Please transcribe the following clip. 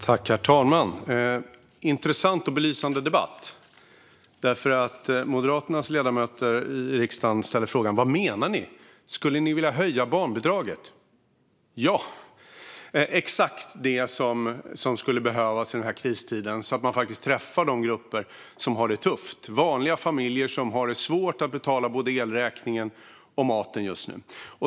Herr talman! Det är en intressant och belysande debatt. Den moderata ledamoten i riksdagen ställer frågan: Vad menar ni? Skulle ni vilja höja barnbidraget? Ja! Exakt det skulle behövas för att träffa de grupper som har det tufft i denna kristid. Vanliga familjer har just nu svårt att betala både elräkningen och maten.